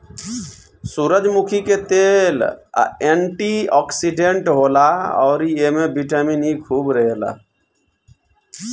सूरजमुखी के तेल एंटी ओक्सिडेंट होला अउरी एमे बिटामिन इ खूब रहेला